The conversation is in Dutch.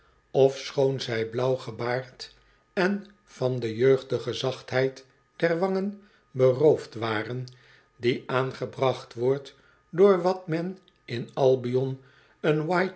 ofschoon zij blauw gebaard en van de jeugdige zachtheid der wangen beroofd waren die aangebracht wordt door wat men in albion een